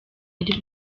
ari